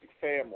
family